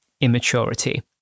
immaturity